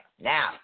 Now